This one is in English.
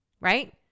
right